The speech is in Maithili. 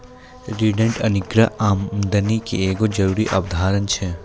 रिटेंड अर्निंग आमदनी के एगो जरूरी अवधारणा छै